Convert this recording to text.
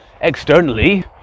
externally